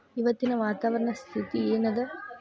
ಇವತ್ತಿನ ವಾತಾವರಣ ಸ್ಥಿತಿ ಏನ್ ಅದ?